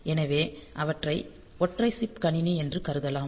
எனவே அவற்றை ஒற்றை சிப் கணினி என்று கருதலாம்